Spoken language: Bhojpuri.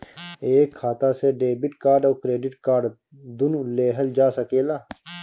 एक खाता से डेबिट कार्ड और क्रेडिट कार्ड दुनु लेहल जा सकेला?